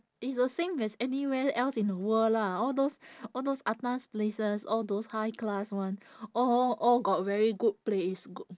it's the same as anywhere else in the world lah all those all those atas places all those high class [one] all all got very good place g~